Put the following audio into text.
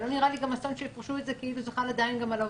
לא נראה לי גם אסון שיפרשו את זה כאילו זה חל עדיין גם על העובדים.